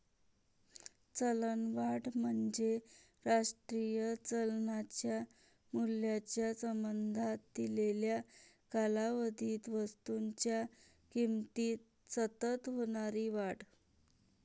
चलनवाढ म्हणजे राष्ट्रीय चलनाच्या मूल्याच्या संबंधात दिलेल्या कालावधीत वस्तूंच्या किमतीत सतत होणारी वाढ